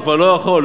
הוא כבר לא יכול.